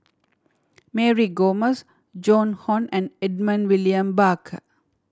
Mary Gomes Joan Hon and Edmund William Barker